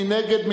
מי נגד?